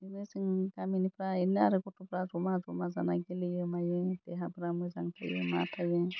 बिदिनो जों गामिनिफ्रायनो आरो गथ'फ्रा जमा जमा जाना गेलेयो मायो देहाफ्रा मोजां थायो मा थायो